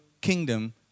kingdom